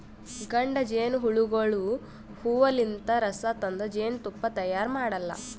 ಗಂಡ ಜೇನಹುಳಗೋಳು ಹೂವಲಿಂತ್ ರಸ ತಂದ್ ಜೇನ್ತುಪ್ಪಾ ತೈಯಾರ್ ಮಾಡಲ್ಲಾ